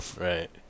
right